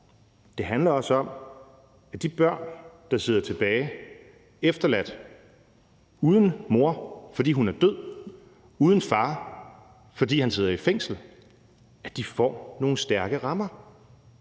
Det handler også om, at de børn, der sidder tilbage, efterladt uden mor, fordi hun er død, og uden far, fordi han sidder i fængsel, får nogle stærke rammer.